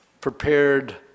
prepared